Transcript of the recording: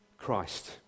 christ